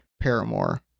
paramore